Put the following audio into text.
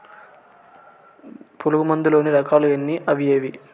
పులుగు మందు లోని రకాల ఎన్ని అవి ఏవి?